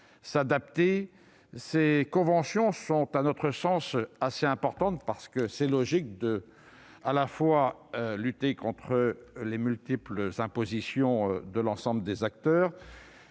de convention est à notre sens assez important, car il est logique de lutter contre les multiples impositions de l'ensemble des acteurs,